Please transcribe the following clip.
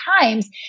times